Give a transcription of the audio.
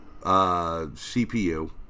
CPU